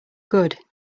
good